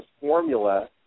formula